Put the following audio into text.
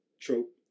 Trope